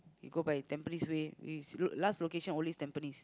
he go by Tampines way his last location always Tampines